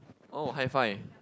oh high five